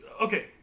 Okay